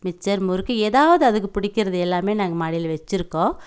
mixture முறுக்கு எதாவது அதுக்கு பிடிக்கிறது எல்லாமே நாங்கள் மாடியில வச்சிருக்கோம்